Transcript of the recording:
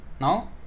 Now